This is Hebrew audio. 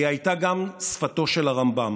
והיא הייתה גם שפתו של הרמב"ם.